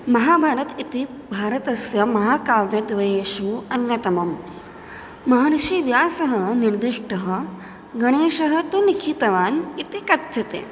महाभारतम् इति भारतस्य महाकाव्यद्वयेषु अन्यतमं महर्षि व्यासः निर्दिष्टः गणेशः तु लिखितवान् इति कथ्यते